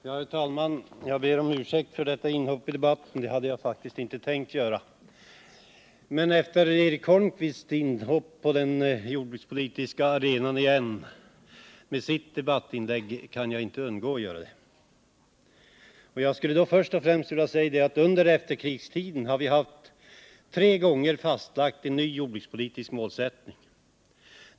Herr talman! Jag ber om ursäkt för detta inhopp i debatten, som jag faktiskt inte hade tänkt göra. Men efter Eric Holmqvists debattinlägg under hans inhopp på den jordbrukspolitiska arenan kan jag inte undgå att delta i debatten. Under efterkrigstiden har vi tre gånger fastlagt en ny jordbrukspolitisk målsättning.